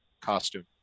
costume